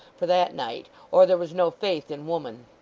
for that night, or there was no faith in woman.